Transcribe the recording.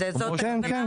זאת הכוונה?